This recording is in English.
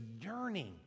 yearning